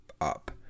up